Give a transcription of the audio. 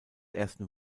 ersten